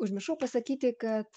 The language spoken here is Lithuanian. užmiršau pasakyti kad